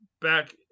back